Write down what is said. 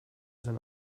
sein